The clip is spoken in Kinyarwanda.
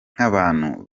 nk’abantu